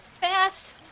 fast